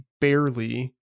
barely